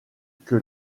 que